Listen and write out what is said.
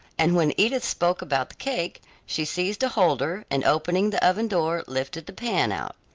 and when edith spoke about the cake, she seized a holder, and opening the oven door, lifted the pan out.